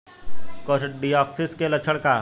Coccidiosis के लक्षण का ह?